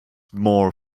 more